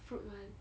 fruit one